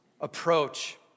Approach